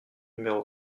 numéro